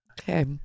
Okay